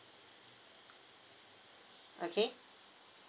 okay